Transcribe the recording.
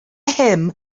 him